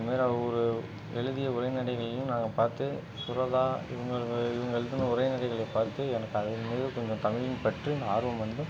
இது மாதிரி அவ் ஒரு எழுதிய உரைநடைகளையும் நான் பார்த்து சுரதா இவங்களுக்கு இவங்க எழுதுன உரைநடைகளை பார்த்து எனக்கு அதன் மீது கொஞ்சம் தமிழின் பற்றின் ஆர்வம் வந்து